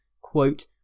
quote